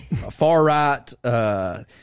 far-right